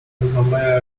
wyglądają